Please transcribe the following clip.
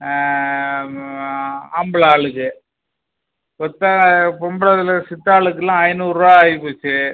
ஆம்பளை ஆளுக்கு கொத்தனார் பொம்பளை இதில் சித்தாளுக்குலாம் ஐநூறுரூவா ஆயிபோச்சு